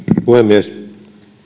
puhemies